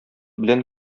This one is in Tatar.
белән